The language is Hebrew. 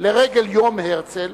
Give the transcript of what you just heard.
לרגל יום הרצל,